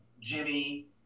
Jimmy